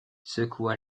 secoua